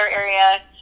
area